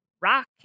Rock